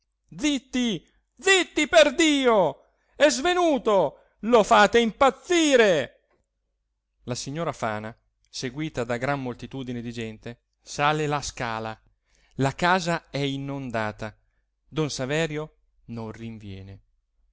zitti zitti perdio è svenuto lo fate impazzire la signora fana seguita da gran moltitudine di gente sale la scala la casa è inondata don saverio non rinviene